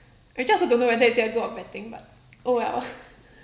actually I also don't know whether is it a good or bad thing but oh well